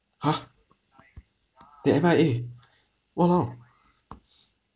!huh! did I buy eh !wow! !wow!